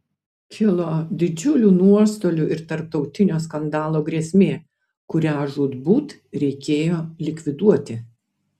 kilo didžiulių nuostolių ir tarptautinio skandalo grėsmė kurią žūtbūt reikėjo likviduoti